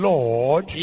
Lord